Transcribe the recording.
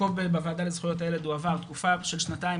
פה בוועדה לזכויות הילד הוא עבר תקופה של שנתיים.